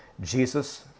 Jesus